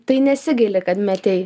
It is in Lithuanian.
tai nesigaili kad metei